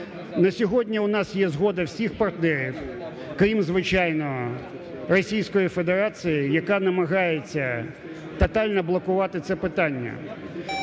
На сьогодні у нас є згода всіх партнерів, крім, звичайно, Російської Федерації, яка намагається тотально блокувати це питання.